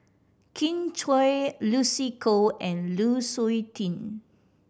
Kin Chui Lucy Koh and Lu Suitin